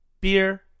beer